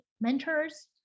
mentors